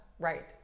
Right